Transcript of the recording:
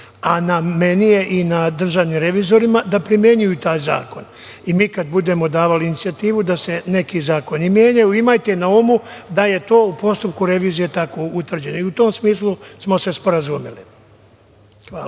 a na meni je i na državnim revizorima da primenjuju taj zakon. Kada budemo davali inicijativu da se neki zakoni menjaju, imajte na umu da je to u postupku revizije tako utvrđeno i u tom smislu smo se sporazumeli. Hvala.